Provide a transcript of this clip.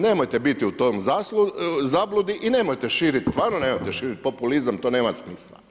Nemojte biti u toj zabludi, i nemojte širiti, stvarno nemojte širiti populizam, to nema smisla.